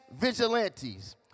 vigilantes